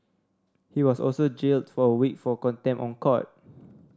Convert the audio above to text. he was also jailed for a week for contempt of court